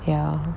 ya